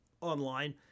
online